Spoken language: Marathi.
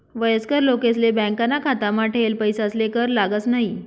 वयस्कर लोकेसले बॅकाना खातामा ठेयेल पैसासले कर लागस न्हयी